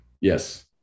Yes